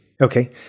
Okay